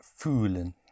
fühlen